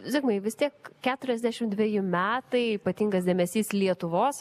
zigmai vis tiek keturiasdešim dveji metai ypatingas dėmesys lietuvos